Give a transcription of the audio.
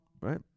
right